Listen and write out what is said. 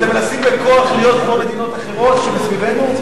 אתם מנסים בכוח להיות כמו מדינות אחרות שמסביבנו?